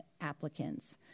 applicants